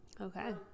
okay